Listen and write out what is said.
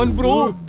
and bro?